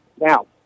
Now